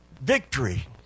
Victory